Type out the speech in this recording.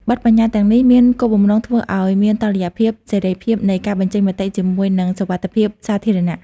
បទប្បញ្ញត្តិទាំងនេះមានគោលបំណងធ្វើឱ្យមានតុល្យភាពសេរីភាពនៃការបញ្ចេញមតិជាមួយនឹងសុវត្ថិភាពសាធារណៈ។